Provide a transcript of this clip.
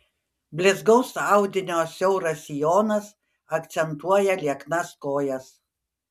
blizgaus audinio siauras sijonas akcentuoja lieknas kojas